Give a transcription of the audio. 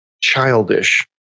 childish